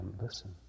listen